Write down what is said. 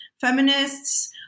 feminists